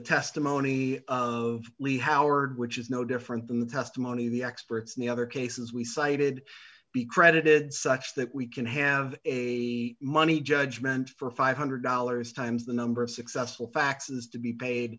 howard which is no different than the testimony of the experts in the other cases we cited be credited such that we can have a money judgment for five hundred dollars times the number of successful faxes to be paid